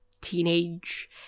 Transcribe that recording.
teenage